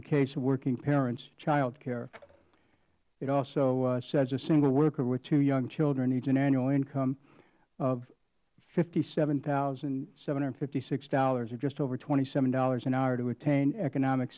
the case of working parents child care it also says a single worker with two young children needs an annual income of fifty seven thousand seven hundred and fifty six dollars just over twenty seven dollars a hour to attain economic